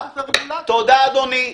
תודה, אדוני.